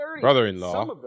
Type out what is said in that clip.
brother-in-law